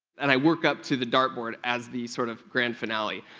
and i work up to the dartboard as the sort of grand finale.